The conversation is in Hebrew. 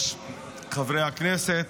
חברי הכנסת,